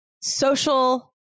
social